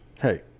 Hey